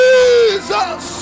Jesus